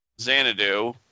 Xanadu